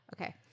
Okay